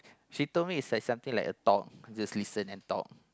she told me is like something like a talk just listen and talk